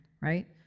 right